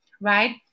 right